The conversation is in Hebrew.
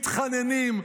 מתחננים,